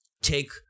take